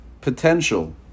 potential